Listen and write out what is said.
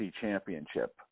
championship